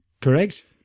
correct